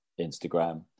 Instagram